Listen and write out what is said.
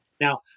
Now